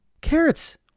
Carrots